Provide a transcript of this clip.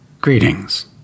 greetings